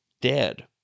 dead